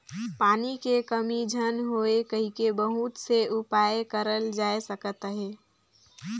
पानी के कमी झन होए कहिके बहुत से उपाय करल जाए सकत अहे